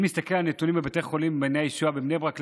אם נסתכל על נתונים בבית חולים מעייני הישועה בבני ברק,